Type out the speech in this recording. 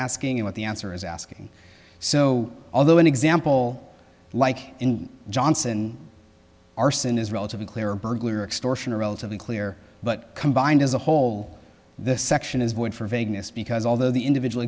asking what the answer is asking so although an example like johnson arson is relatively clear burglar extortion are relatively clear but combined as a whole this section is void for vagueness because although the individual